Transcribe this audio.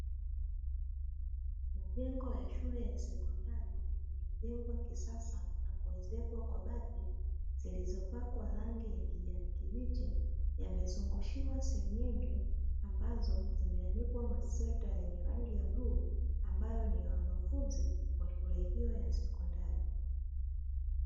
Jengo la shule ya sekondari lililojengwa kisasa na kuezekwa kwa bati zilizopakwa rangi ya kijani kibichi, yamezungushiwa senyenge ambazo zimeanikwa masweta yenye rangi ya bluu ambayo ni ya wanafunzi wa shule hiyo ya sekondari.